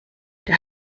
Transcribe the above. der